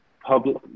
public